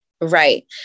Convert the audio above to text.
right